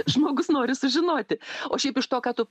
žmogus nori sužinoti o šiaip iš to ką tu